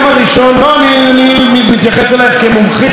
אני מתייחס אלייך כאל מומחית לענייני הגנת